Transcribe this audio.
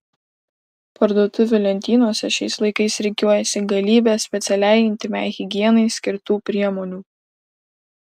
parduotuvių lentynose šiais laikais rikiuojasi galybė specialiai intymiai higienai skirtų priemonių